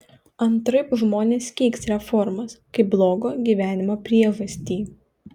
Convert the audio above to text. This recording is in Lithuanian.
antraip žmonės keiks reformas kaip blogo gyvenimo priežastį